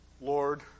Lord